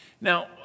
Now